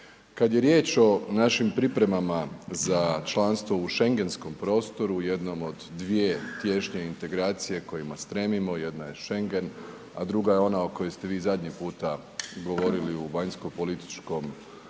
Kad je riječ o našim pripremama za članstvo u Schengenskom prostoru u jednom od dvije tješnje integracije kojima stremimo, jedna je Schengen, a druga je ona o kojoj ste vi zadnji puta govorili u vanjskopolitičkom pogledu